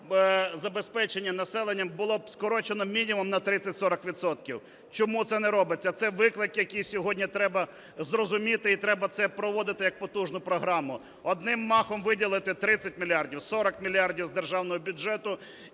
забезпечення населення було б скорочено мінімум на 30-40 відсотків. Чому це не робиться? Це виклик, який сьогодні треба зрозуміти і треба це проводити як потужну програму: одним махом виділити 30 мільярдів, 40 мільярдів з державного бюджету